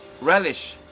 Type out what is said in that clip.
relish